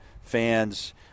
fans